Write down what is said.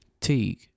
Teague